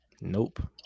Nope